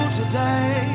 today